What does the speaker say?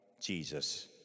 Jesus